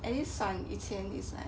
at least 以前 is like